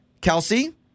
Kelsey